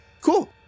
Cool